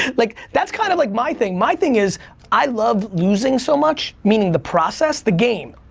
like that's kind of like my thing, my thing is i love losing so much, meaning the process, the game,